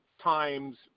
times